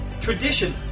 tradition